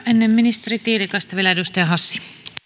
ennen ministeri tiilikaista vielä edustaja hassi